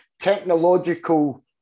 technological